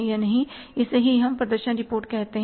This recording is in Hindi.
इसे ही हम प्रदर्शन रिपोर्ट कहते हैं